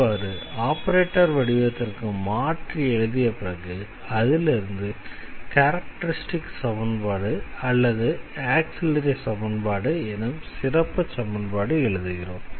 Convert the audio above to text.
இவ்வாறு ஆபரேட்டர் வடிவத்திற்கு மாற்றி எழுதிய பிறகு அதிலிருந்து கேரக்டரிஸ்டிக் சமன்பாடு அல்லது ஆக்ஸிலரி சமன்பாடு எனும் சிறப்புச் சமன்பாட்டை எழுதுகிறோம்